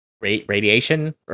radiation